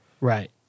Right